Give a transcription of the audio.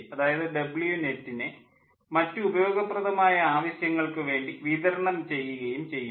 അതായത് Wnet നെ മറ്റ് ഉപയോഗപ്രദമായ ആവശ്യങ്ങൾക്ക് വേണ്ടി വിതരണം ചെയ്യുകയും ചെയ്യുന്നു